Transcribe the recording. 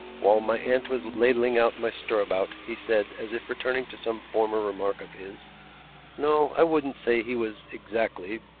while my aunt was ladling out my stirabout he said, as if returning to some former remark of his no, i wouldn't say he was exactly.